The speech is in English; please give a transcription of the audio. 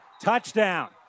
Touchdown